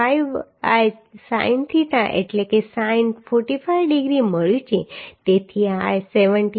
5 by sin theta એટલે sin 45 degree મળ્યું છે તેથી આ 17